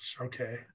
Okay